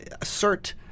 assert